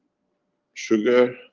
sugar,